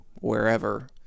wherever